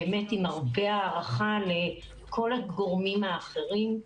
באמת עם הרבה הערכה לכל הגורמים האחרים,